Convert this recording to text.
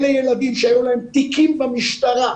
אלה ילדים שהיו להם תיקים במשטרה,